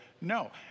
no